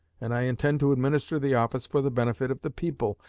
and i intend to administer the office for the benefit of the people,